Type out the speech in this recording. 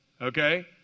okay